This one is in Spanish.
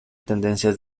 tendencias